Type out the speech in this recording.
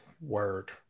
Word